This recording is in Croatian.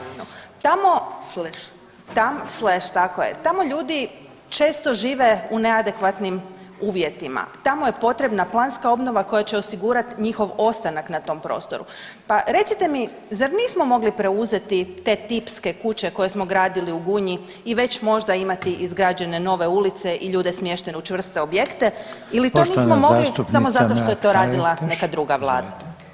Tamo, slash, tako je, tamo ljudi često žive u neadekvatnim uvjetima, tamo je potrebna planska obnova koja će osigurati njihov ostanak na tom prostoru, pa recite mi, zar nismo mogli preuzeti te tipske kuće koje smo gradili u Gunji i već možda imati izgrađene nove ulice i ljude smještene u čvrste objekte ili to nismo mogli samo zato što je to radila neka druga Vlada.